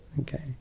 Okay